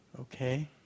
Okay